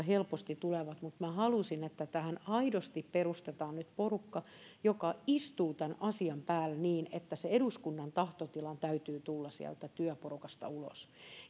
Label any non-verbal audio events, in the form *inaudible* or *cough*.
*unintelligible* helposti tulevat mutta minä halusin että tähän aidosti perustetaan nyt porukka joka istuu tämän asian päälle niin että sen eduskunnan tahtotilan täytyy tulla sieltä työporukasta ulos